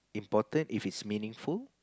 important if it's meaningful